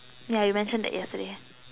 yeah you mentioned that yesterday